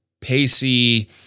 pacey